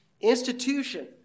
institution